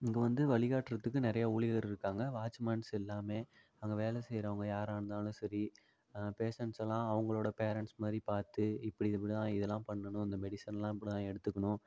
இங்கே வந்து வழிகாட்டுறதுக்கு நிறையா ஊழியர் இருக்காங்கள் வாட்ச்மேன்ஸ் எல்லாமே அங்கே வேலை செய்கிறவங்க யாராக இருந்தாலும் சரி பேஷண்ட்ஸெல்லாம் அவங்களோட பேரண்ட்ஸ் மாதிரி பார்த்து இப்படி இது போல் தான் இதெல்லாம் பண்ணனும் இந்த மெடிசன்லாம் இப்படிதான் எடுத்துக்கணும்